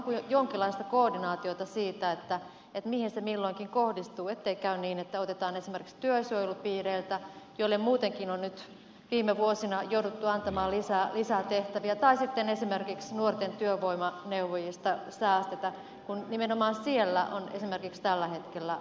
onko jonkinlaista koordinaatiota siitä mihin se milloinkin kohdistuu ettei käy niin että otetaan esimerkiksi työsuojelupiireiltä joille muutenkin on nyt viime vuosina jouduttu antamaan lisää tehtäviä tai sitten esimerkiksi nuorten työvoimaneuvojista säästetään kun esimerkiksi nimenomaan siellä on tällä hetkellä uutta tarvetta